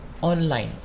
online